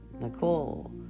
Nicole